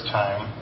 time